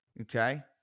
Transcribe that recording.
okay